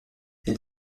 elle